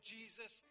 Jesus